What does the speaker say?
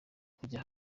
kujya